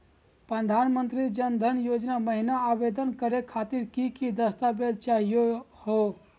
प्रधानमंत्री जन धन योजना महिना आवेदन करे खातीर कि कि दस्तावेज चाहीयो हो?